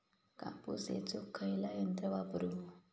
कापूस येचुक खयला यंत्र वापरू?